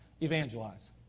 Evangelize